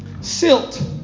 silt